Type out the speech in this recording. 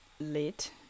late